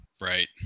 Right